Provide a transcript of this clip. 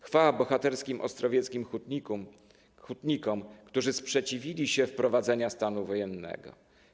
Chwała bohaterskim ostrowieckim hutnikom, którzy sprzeciwili się wprowadzenia stanu wojennego.